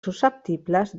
susceptibles